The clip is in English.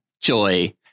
Joy